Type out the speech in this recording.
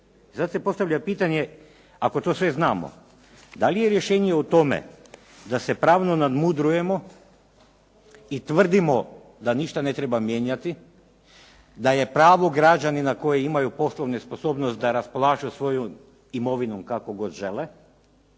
Sada se postavlja pitanje, ako to sve znamo, da li je rješenje u tome da se pravno nadmudrujemo i tvrdimo da ništa ne treba mijenjati, da je pravo građanina koji imaju poslovne sposobnosti da raspolažu svojom imovinom kako god žele